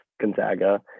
Gonzaga